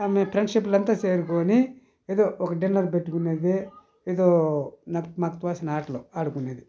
మేము ఫ్రెండ్షిప్ ఇలా అంత చేరుకుని ఏదో ఒక డిన్నర్ పెట్టుకునేది ఏదో మాకు తోచిన ఆటలు ఆడుకునేది